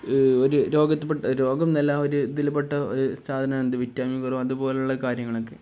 ഒരു രോഗമെന്നല്ല ഇതില്പ്പെട്ട ഒരു സാധനമുണ്ട് വിറ്റാമിൻ കുറവും അതുപോലുള്ള കാര്യങ്ങളൊക്കെ